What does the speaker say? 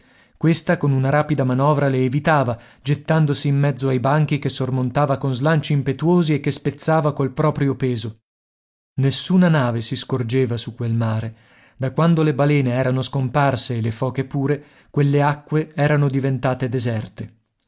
questa con una rapida manovra le evitava gettandosi in mezzo ai banchi che sormontava con slanci impetuosi e che spezzava col proprio peso nessuna nave si scorgeva su quel mare da quando le balene erano scomparse e le foche pure quelle acque erano diventate deserte